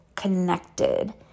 connected